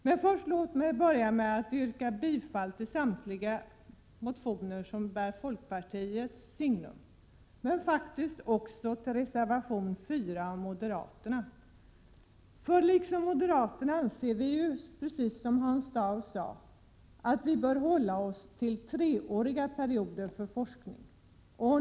Jag vill börja med att yrka bifall till samtliga motioner som bär folkpartiets signum, men faktiskt också till reservation 4 av moderaterna. Liksom moderaterna anser vi, som Hans Dau sade, att vi bör hålla oss till treåriga perioder när det gäller forskning.